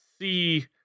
see